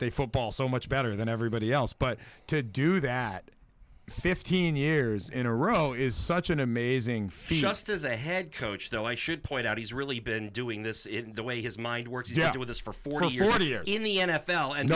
they football so much better than everybody else but to do that fifteen years in a row is such an amazing feat just as a head coach though i should point out he's really been doing this in the way his mind works yet with this for four years earlier in the n f l and